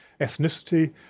ethnicity